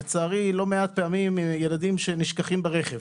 לצערי לא מעט פעמים ילדים נשכחים ברכב.